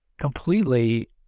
completely